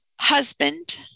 husband